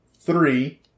three